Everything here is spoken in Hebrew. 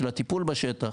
של הטיפול בשטח,